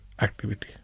activity